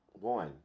wine